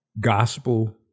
gospel